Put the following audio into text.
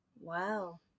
Wow